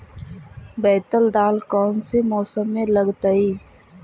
बैतल दाल कौन से मौसम में लगतैई?